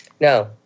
No